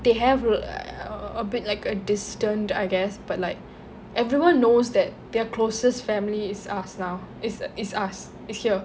they have like uh~ a bit like uh distant I guess but like everyone knows that their closest family is us now is is us is here